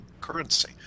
currency